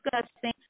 discussing